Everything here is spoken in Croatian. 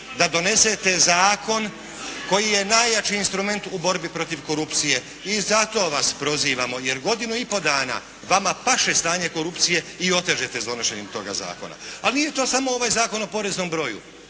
da donesete zakon koji je najjači instrument u borbi protiv korupcije i zato vas prozivamo. Jer godinu i pol dana vama paše stanje korupcije i otežete sa donošenjem toga zakona. Ali nije to samo ovaj Zakon o poreznom broju,